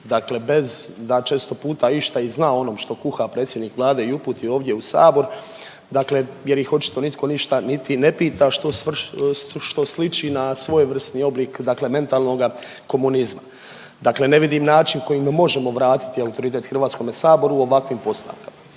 bez da često puta išta i zna o onom što kuha predsjednik Vlade i uputi ovdje u sabor, dakle jer ih očito nitko ništa niti ne pita što sliči na svojevrsni oblik dakle mentalnoga komunizma. Dakle, ne vidim način kojime možemo vratiti autoritet Hrvatskome saboru ovakvim postavkama.